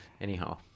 Anyhow